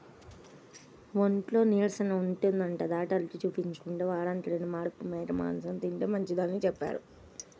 ఒంట్లో నీరసంగా ఉంటందని డాక్టరుకి చూపించుకుంటే, వారానికి రెండు మార్లు మేక మాంసం తింటే మంచిదని చెప్పారు